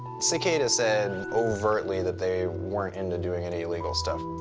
cicada said overtly that they weren't into doing any illegal stuff.